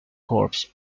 corps